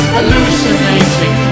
Hallucinating